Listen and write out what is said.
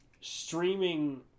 streaming